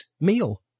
meal